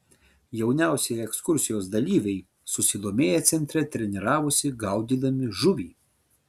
jauniausieji ekskursijos dalyviai susidomėję centre treniravosi gaudydami žuvį